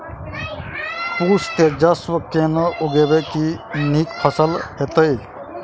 पूसा तेजस केना उगैबे की नीक फसल हेतइ?